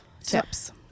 tips